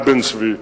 "יד בן-צבי".